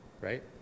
right